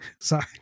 sorry